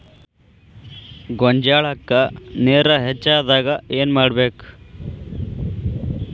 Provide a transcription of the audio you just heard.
ಗೊಂಜಾಳಕ್ಕ ನೇರ ಹೆಚ್ಚಾದಾಗ ಏನ್ ಮಾಡಬೇಕ್?